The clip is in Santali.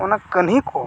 ᱚᱱᱟ ᱠᱟᱹᱦᱱᱤ ᱠᱚ